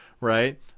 right